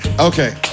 Okay